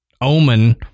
omen